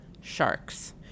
sharks